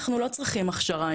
אנחנו לא צריכים הכשרה,